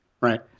Right